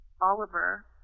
Oliver